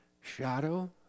shadow